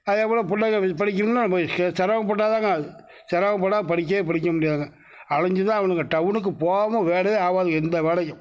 அதேபோல் பிள்ளைக படிக்கணும்னா நம்ம சிரமப்பட்டா தாங்க சிரமப்படாம படிக்க படிக்க முடியாதுங்க அலைஞ்சிதான் ஆகணுங்க டவுனுக்கு போகாம வேலை ஆகாதுங்க எந்த வேலையும்